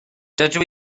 dydw